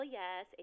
yes